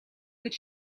гэж